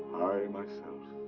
i, myself.